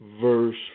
verse